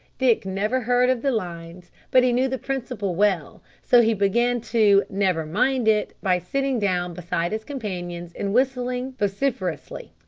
dick never heard of the lines, but he knew the principle well so he began to never mind it, by sitting down beside his companions and whistling vociferously.